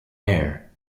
air